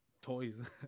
toys